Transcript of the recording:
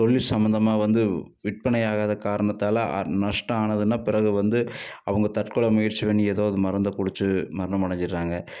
தொழில் சம்மந்தமாக வந்து விற்பனை ஆகாத காரணத்தால் அது நஷ்டம் ஆனதுன்னா பிறகு வந்து அவங்க தற்கொலை முயற்சி பண்ணி ஏதாவது மருந்தை குடிச்சி மரணம் அடைஞ்சிர்றாங்க